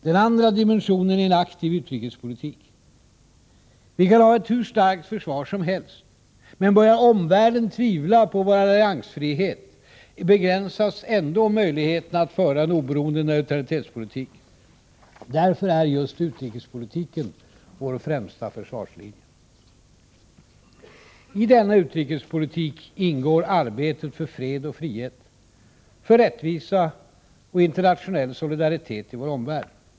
Den andra dimensionen är en aktiv utrikespolitik. Vi kan ha ett hur starkt försvar som helst, börjar omvärlden tvivla på vår alliansfrihet begräns möjligheterna att föra en oberoende neutralitetspolitik. Dä utrikespolitiken vår främsta försvarslinje. I denna utrikespolitik ingår arbetet för fred och frihet, för rättvisa och internationell solidaritet i vår omvärld.